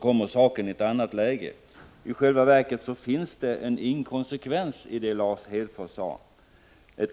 kommer saken i ett annat läge. I själva verket finns det en inkonsekvens i det Lars Hedfors sade.